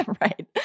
right